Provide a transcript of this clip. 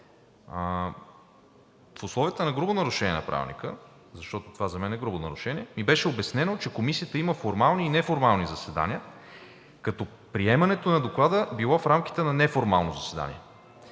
В условията на грубо нарушение на Правилника, защото това за мен е грубо нарушение, ми беше обяснено, че Комисията има формални и неформални заседания, като приемането на Доклада било в рамките на неформално заседание.